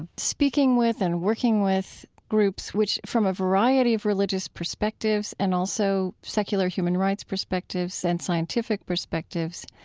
ah speaking with and working with groups which from a variety of religious perspectives and also secular human rights perspectives and scientific perspectives.